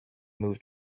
moved